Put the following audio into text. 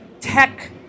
tech